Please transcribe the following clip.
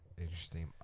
interesting